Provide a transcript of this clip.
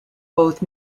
both